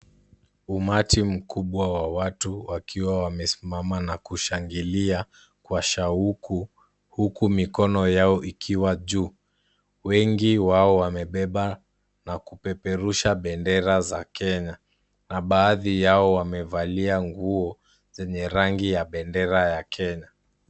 Umati mkubwa wa watu wakiwa wamesimama na kushangilia kwa shauku, huku mikono yao ikiwa juu, wengi wao wamebeba na kupeperusha bendera za Kenya, na baadhi yao wamevalia nguo zenye rangi ya bendera ya Kenya.